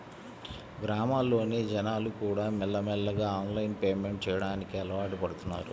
గ్రామాల్లోని జనాలుకూడా మెల్లమెల్లగా ఆన్లైన్ పేమెంట్ చెయ్యడానికి అలవాటుపడుతన్నారు